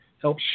Help